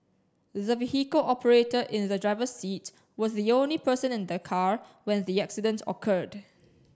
the vehicle operator in the driver's seat was the only person in the car when the accident occurred